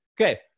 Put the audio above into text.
Okay